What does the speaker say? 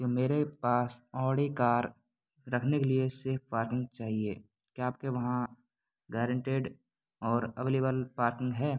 कि मेरे पास ऑडी कार रखने के लिए सेफ़ पार्किंग चाहिए क्या आपके वहाँ गारेंटेड और अवेलेवल पार्किंग है